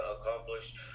accomplished